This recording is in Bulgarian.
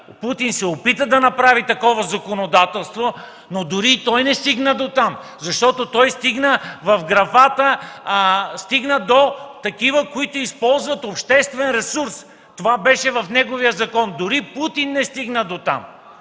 Путин се опита да направи такова законодателство, но дори и той не стигна дотам! Той стигна в графата до такива, които използват обществен ресурс. Това беше в неговия закон. Дори Путин не стигна дотам.